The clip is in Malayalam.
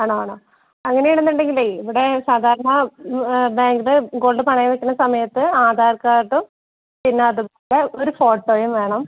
ആണാണ് അങ്ങനെയാണെന്നുണ്ടെങ്കിലേ ഇവിടെ സാധാരണ ബാങ്ക് ഗോൾഡ് പണയം വെയ്ക്കുന്ന സമയത്ത് ആധാർ കാർഡും പിന്നെടുത്ത ഒരു ഫോട്ടോയും വേണം